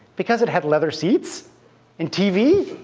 because it had leather seats and tv?